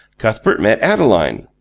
cuthbert met adeline.